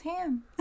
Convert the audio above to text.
Ham